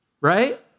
right